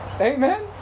amen